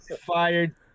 fired